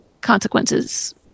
consequences